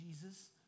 Jesus